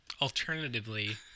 alternatively